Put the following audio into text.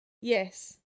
Yes